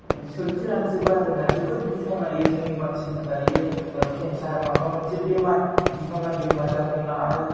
सोरखिलांजोबो आरो ना जोबोत गिथावना बियो जोंनि मानसिनि थाखाय बियो केनचार माबा मोनसे बेमार गिथावना बेमार जाथावना आरो